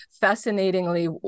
fascinatingly